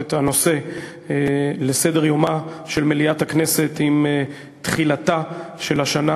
את הנושא על סדר-יומה של מליאת הכנסת עם תחילתה של השנה